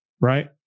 Right